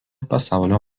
pasaulio